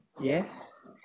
Yes